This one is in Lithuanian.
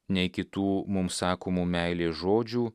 nei kitų mums sakomų meilės žodžių